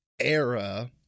era